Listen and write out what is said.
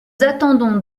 attendons